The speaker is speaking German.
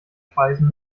speisen